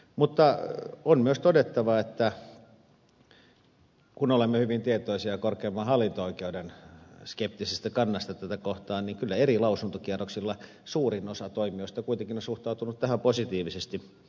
mutta on myös todettava kun olemme hyvin tietoisia korkeimman hallinto oikeuden skeptisestä kannasta tätä kohtaan että kyllä eri lausuntokierroksilla suurin osa toimijoista kuitenkin on suhtautunut tähän positiivisesti